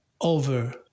over